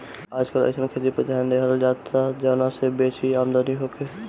आजकल अइसन खेती पर ध्यान देहल जाता जवना से बेसी आमदनी होखे